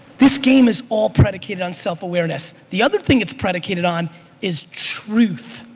this game is all predicated on self-awareness. the other thing it's predicated on is truth.